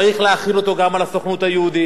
צריך להחיל אותו גם על הסוכנות היהודית,